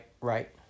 Right